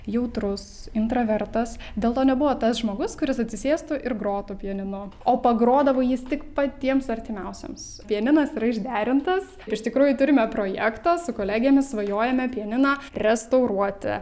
jautrus intravertas dėl to nebuvo tas žmogus kuris atsisėstų ir grotų pianinu o pagrodavo jis tik patiems artimiausiems pianinas yra išderintas iš tikrųjų turime projektą su kolegėmis svajojame pianiną restauruoti